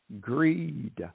greed